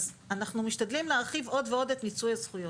אנחנו משתדלים להרחיב עוד ועוד את מיצוי הזכויות.